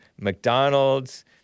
McDonald's